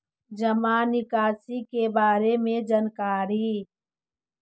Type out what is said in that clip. जामा निकासी के बारे में जानकारी?